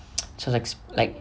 so like like